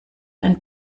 ein